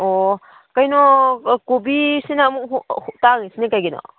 ꯑꯣ ꯀꯩꯅꯣ ꯀꯣꯕꯤꯁꯤꯅ ꯇꯥꯡꯏꯁꯤꯅ ꯀꯩꯒꯤꯅꯣ